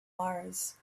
mars